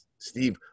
Steve